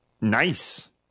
Nice